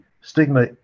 stigma